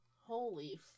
Holy